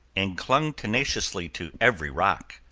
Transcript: and clung tenaciously to every rock.